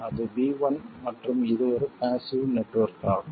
அது v1 மற்றும் இது ஒரு பாஸ்ஸிவ் நெட்வொர்க் ஆகும்